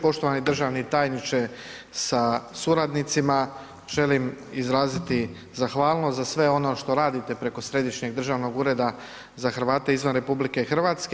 Poštovani državni tajniče sa suradnicima, želim izraziti zahvalnost za sve ono što radite preko Središnjeg državnog ureda za Hrvate izvan RH.